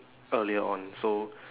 earlier on so